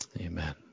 Amen